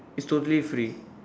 it's totally free